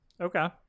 Okay